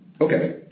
okay